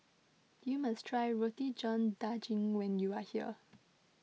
you must try Roti John Daging when you are here